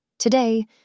Today